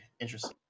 interesting